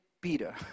Peter